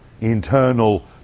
internal